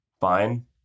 fine